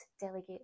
delegate